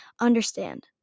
Understand